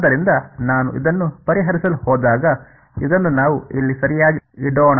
ಆದ್ದರಿಂದ ನಾನು ಇದನ್ನು ಪರಿಹರಿಸಲು ಹೋದಾಗ ಇದನ್ನು ನಾವು ಇಲ್ಲಿ ಸರಿಯಾಗಿ ಇಡೋಣ